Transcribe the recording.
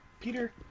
peter